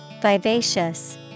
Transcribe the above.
Vivacious